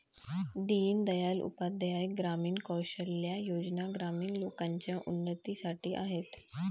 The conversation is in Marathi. दीन दयाल उपाध्याय ग्रामीण कौशल्या योजना ग्रामीण लोकांच्या उन्नतीसाठी आहेत